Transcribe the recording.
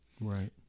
Right